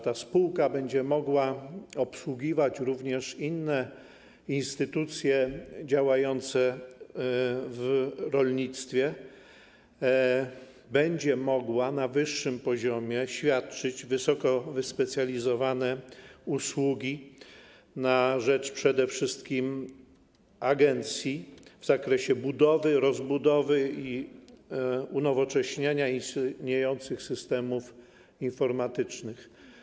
Ta spółka będzie mogła obsługiwać również inne instytucje działające w rolnictwie, będzie mogła na wyższym poziomie świadczyć wysoko wyspecjalizowane usługi na rzecz przede wszystkim agencji w zakresie budowy, rozbudowy i unowocześniania istniejących systemów informatycznych.